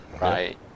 right